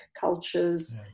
cultures